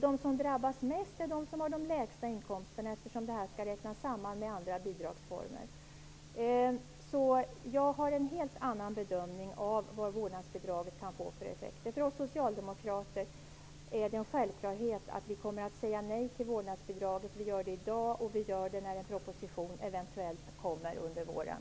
De som drabbas mest är de som har de lägsta inkomsterna, eftersom vårdnadsbidraget skall räknas samman med andra bidragsformer. Jag gör en helt annan bedömning än Lennart Rohdin av vilka effekter vårdnadsbidraget kan få. För oss socialdemokrater är det en självklarhet att säga nej till vårdnadsbidraget. Vi gör det i dag, och vi kommer att göra det när en proposition eventuellt läggs fram till våren.